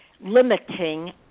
limiting